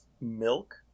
Milk